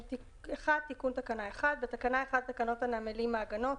תיקון תקנה 1 בתקנה 1 לתקנות הנמלים (מעגנות),